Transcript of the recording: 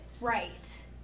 Right